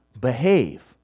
behave